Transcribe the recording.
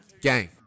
Gang